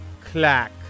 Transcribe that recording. Clack